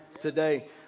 today